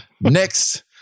Next